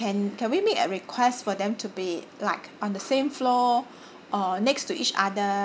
can can we make a request for them to be like on the same floor or next to each other